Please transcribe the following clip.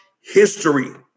history